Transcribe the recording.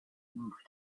move